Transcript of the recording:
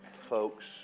Folks